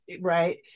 right